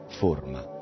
forma